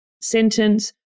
sentence